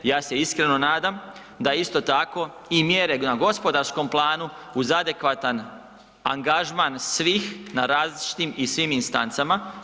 Ja se iskreno nadam da isto tako i mjere na gospodarskom planu uz adekvatan angažman svih na različitim i svim instancama.